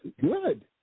Good